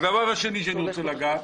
הדבר השני בו אני רוצה לגעת.